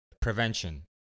prevention